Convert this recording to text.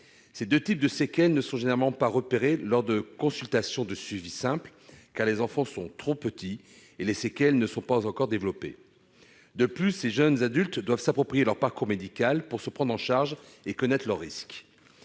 Ces deux types de séquelles ne sont généralement pas repérés lors de consultations de suivi simple, car les enfants sont trop petits et les séquelles ne sont pas encore développées. De plus, ces jeunes adultes doivent s'approprier leur parcours médical pour se prendre en charge et connaître leurs risques.